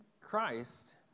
Christ